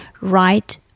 Write